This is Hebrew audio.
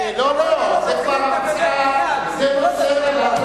לא לא, זה כבר נושא, זה קשור ל-400,000